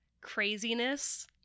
craziness